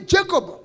Jacob